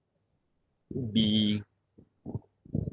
be